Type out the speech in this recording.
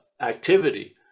activity